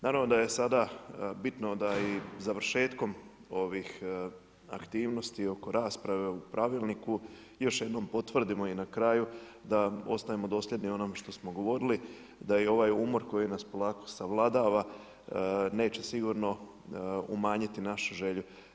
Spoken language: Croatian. Naravno da je sada bitno da i završetkom ovih aktivnosti oko rasprave o pravilniku još jednom potvrdimo i na kraju da ostanemo dosljedni onome što smo govorili da i ovaj umor koji nas polako savladava neće sigurno umanjiti našu želju.